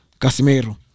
Casimiro